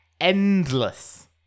endless